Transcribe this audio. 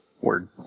word